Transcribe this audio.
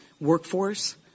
workforce